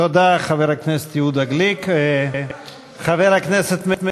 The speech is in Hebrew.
תודה, חבר הכנסת יהודה גליק.